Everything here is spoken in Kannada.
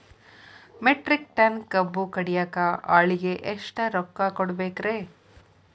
ಮೆಟ್ರಿಕ್ ಟನ್ ಕಬ್ಬು ಕಡಿಯಾಕ ಆಳಿಗೆ ಎಷ್ಟ ರೊಕ್ಕ ಕೊಡಬೇಕ್ರೇ?